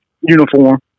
uniform